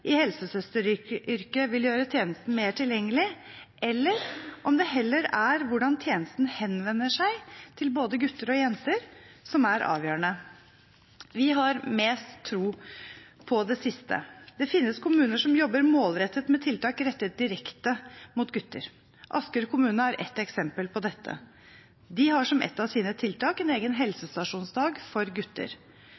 i helsesøsteryrket vil gjøre tjenesten mer tilgjengelig, eller om det heller er hvordan tjenesten henvender seg til både gutter og jenter som er avgjørende. Vi har mest tro på det siste. Det finnes kommuner som jobber målrettet med tiltak rettet direkte mot gutter. Asker kommune er et eksempel på det. De har som et av sine tiltak en egen helsestasjonsdag for gutter.